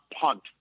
punt